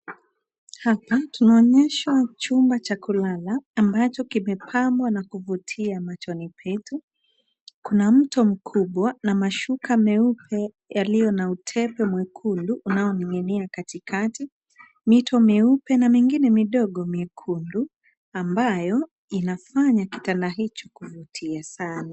Hapa tunaonyeshwa chumba cha kulala ambacho kimepambwa na kuvutia machoni petu. Kuna mto mkubwa na mashuka meupe yaliyo na utepe mwekundu unaoning'inia katikati. Mito myeupe na mingine midogo miekundu ambayo inafanya kitanda hicho kuvutia sana.